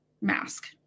mask